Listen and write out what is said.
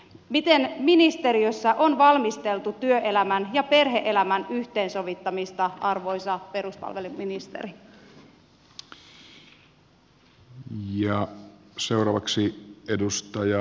miten ministeriössä on valmisteltu työelämän ja perhe elämän yhteensovittamista arvoisa peruspalveluministeri